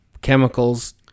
chemicals